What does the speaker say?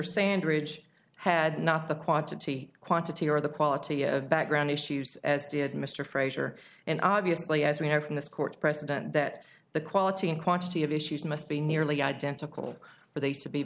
sandridge had not the quantity quantity or the quality of background issues as did mr frazier and obviously as we know from this court precedent that the quality and quantity of issues must be nearly identical for these to be